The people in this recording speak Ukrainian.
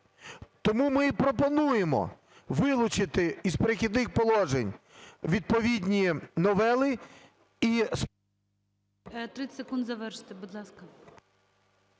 Тому ми й пропонуємо вилучити із "Перехідних положень" відповідні новели і… ГОЛОВУЮЧИЙ.